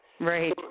Right